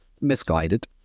misguided